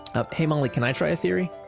ah hey molly, can i try a theory?